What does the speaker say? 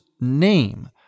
name